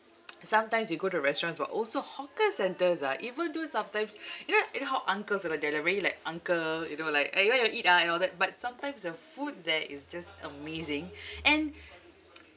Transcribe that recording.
sometimes you go to restaurants [what] also hawker centres ah even though sometimes you know it how uncles ah they'll are very like uncle you know like eh what you want to eat ah and all that but sometimes the food there is just amazing and